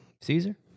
caesar